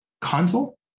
console